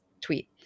tweet